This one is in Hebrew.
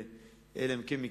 אלא אם כן,